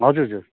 हजुर हजुर